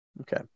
okay